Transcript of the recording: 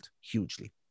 hugely